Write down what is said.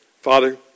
Father